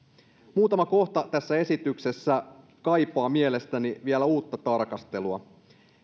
muutama kohta tässä esityksessä kaipaa mielestäni vielä uutta tarkastelua